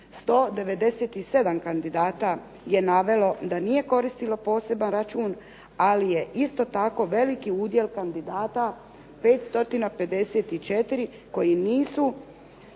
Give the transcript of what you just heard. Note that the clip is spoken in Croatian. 197 kandidata je navelo da nije koristilo poseban račun, ali je isto tako veliki udjel kandidata 554 koji nisu